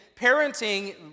parenting